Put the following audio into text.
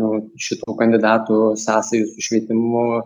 nu šitų kandidatų sąsajų švietimu